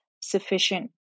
sufficient